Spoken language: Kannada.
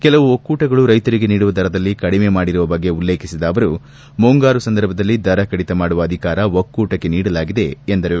ಕೆಲವು ಒಕ್ಕೂಟಗಳು ರೈತರಿಗೆ ನೀಡುವ ದರದಲ್ಲಿ ಕಡಿಮೆ ಮಾಡಿರುವ ಬಗ್ಗೆ ಉಲ್ಲಖೇಸಿದ ಅವರು ಮುಂಗಾರು ಸಂದರ್ಭದಲ್ಲಿ ದರ ಕಡಿತ ಮಾಡುವ ಅಧಿಕಾರ ಒಕ್ಕೂಟಕ್ಕೆ ನೀಡಲಾಗಿದೆ ಎಂದರು